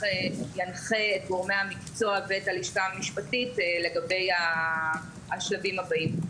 ינחה את גורמי המקצוע ואת הלשכה המשפטית לגבי השלבים הבאים.